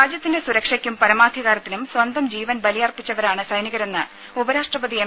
രാജ്യത്തിന്റെ സുരക്ഷയ്ക്കും പരമാധികാരത്തിനും സ്വന്തം ജീവൻ ബലി അർപ്പിച്ചവരാണ് സൈനികരെന്ന് ഉപരാഷ്ട്രപതി എം